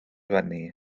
fyny